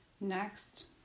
Next